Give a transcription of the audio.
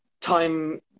Time